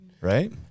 Right